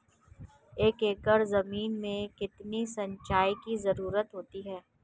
एक एकड़ ज़मीन में कितनी सिंचाई की ज़रुरत होती है?